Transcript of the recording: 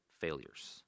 failures